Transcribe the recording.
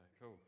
Cool